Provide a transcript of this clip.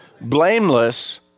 Blameless